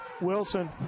Wilson